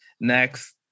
next